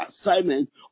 assignment